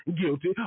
Guilty